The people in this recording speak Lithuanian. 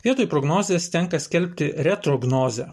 vietoj prognozės tenka skelbti retrognozę